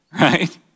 right